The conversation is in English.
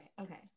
okay